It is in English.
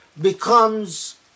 becomes